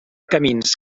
camins